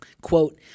Quote